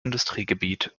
industriegebiet